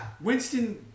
Winston